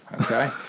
okay